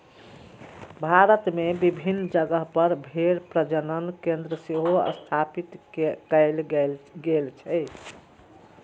भारत मे विभिन्न जगह पर भेड़ प्रजनन केंद्र सेहो स्थापित कैल गेल छै